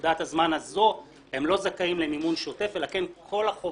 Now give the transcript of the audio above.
בנקודת הזמן הזאת היא לא זכאית למימון שוטף אלא כן כל החובות,